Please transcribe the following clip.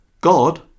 God